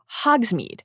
Hogsmeade